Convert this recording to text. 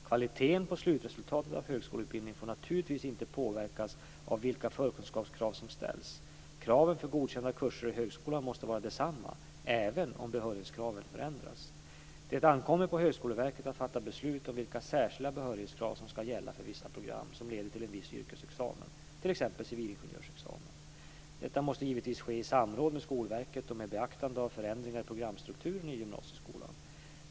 Kvaliteten på slutresultatet av högskoleutbildningen får naturligtvis inte påverkas av vilka förkunskapskrav som ställs. Kraven för godkända kurser i högskolan måste vara desamma, även om behörighetskraven ändras. Det ankommer på Högskoleverket att fatta beslut om vilka särskilda behörighetskrav som ska gälla för vissa program som leder till en viss yrkesexamen, t.ex. civilingenjörsexamen. Detta måste givetvis ske i samråd med Skolverket och med beaktande av förändringar i programstrukturen i gymnasieskolan.